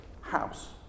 house